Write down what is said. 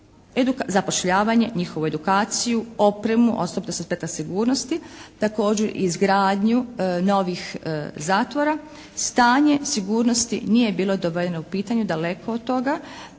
zapošljavanje, njihovu edukaciju, opremu, …/Govornik se ne razumije./… sigurnosti, također i izgradnju novih zatvora, stanje sigurnosti nije bilo dovedeno u pitanje, daleko od toga.